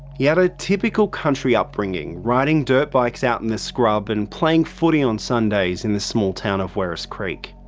he had a typical country upbringing riding dirtbikes out in the scrub and playing footy on sundays in the small town of werris creek.